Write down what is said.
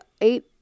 eight